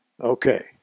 Okay